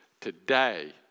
today